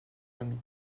amis